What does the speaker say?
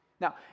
Now